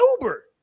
Uber